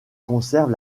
conserve